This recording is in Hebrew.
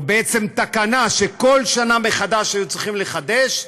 או בעצם לקחת תקנה שכל שנה מחדש היו צריכים לחדש,